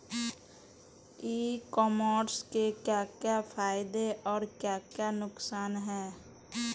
ई commerce के क्या क्या फायदे और क्या क्या नुकसान है?